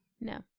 No